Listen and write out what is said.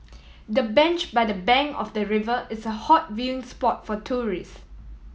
the bench by the bank of the river is a hot viewing spot for tourist